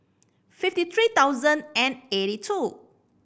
fifty three thousand and eighty two